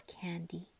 candy